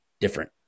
different